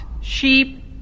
sheep